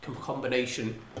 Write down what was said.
combination